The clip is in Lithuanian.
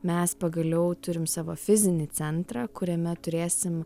mes pagaliau turim savo fizinį centrą kuriame turėsim